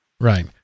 Right